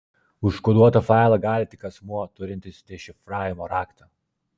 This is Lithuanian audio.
užkoduotą failą gali tik asmuo turintis dešifravimo raktą